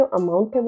amount